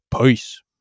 Peace